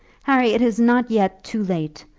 harry it is not yet too late.